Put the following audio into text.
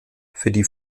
für